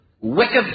wicked